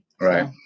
right